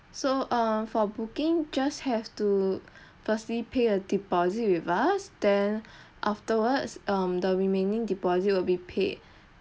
so err for booking just have to firstly pay a deposit with us then afterwards um the remaining deposit will be paid